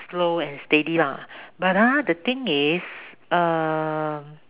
slow and steady lah but ah the thing is err